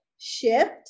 Shift